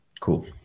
Cool